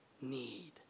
need